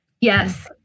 Yes